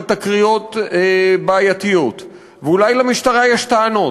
תקריות בעייתיות ואולי למשטרה יש טענות,